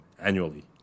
annually